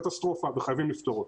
זאת קטסטרופה וחייבים לפתור אותה.